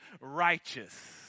righteous